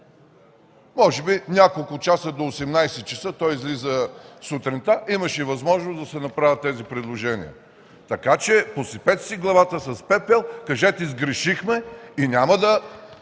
може би няколко часа до 18 ч. – то излиза сутринта, имаше възможност да се направят тези предложения. Така че посипете си главата с пепел, кажете: „Сгрешихме” и не